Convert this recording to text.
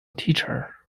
teacher